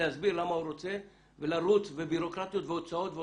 להסביר למה הוא רוצה ולעבור בירוקרטיות והוצאות.